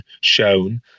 shown